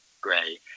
gray